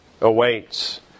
awaits